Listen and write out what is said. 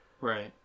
Right